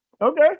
Okay